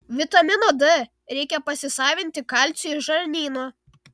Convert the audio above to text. vitamino d reikia pasisavinti kalciui iš žarnyno